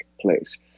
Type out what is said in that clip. place